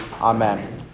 Amen